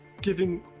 giving